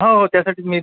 हो हो त्यासाठीच मी